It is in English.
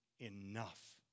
enough